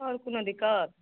आओर कोनो दिक्कत